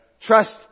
Trust